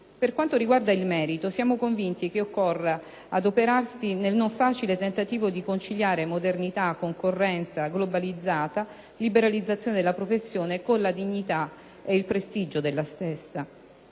Per quanto riguarda il merito, siamo convinti che occorra adoperarsi nel non facile tentativo di conciliare modernità, concorrenza globalizzata, liberalizzazione della professione con la dignità e il prestigio della stessa.